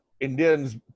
Indians